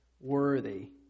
worthy